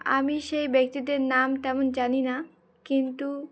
আমি সেই ব্যক্তিদের নাম তেমন জানি না কিন্তু